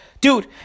Dude